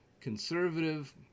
conservative